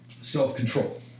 self-control